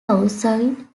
outside